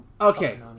Okay